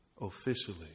officially